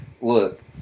look